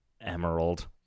emerald